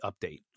update